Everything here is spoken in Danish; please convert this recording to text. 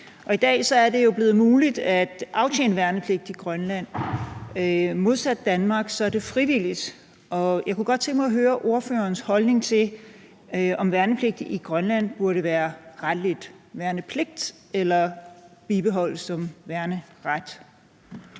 I dag er det jo blevet muligt at aftjene værnepligt i Grønland, og modsat i Danmark er det frivilligt. Jeg kunne godt tænke mig at høre ordførerens holdning til, om værnepligt i Grønland burde være en pligt, eller om den burde bibeholdes som værneret.